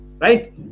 right